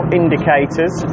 indicators